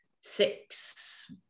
six